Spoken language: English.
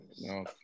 No